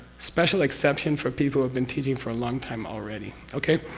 special exception for people have been teaching for a long time already. okay?